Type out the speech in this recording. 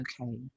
okay